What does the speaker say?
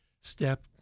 step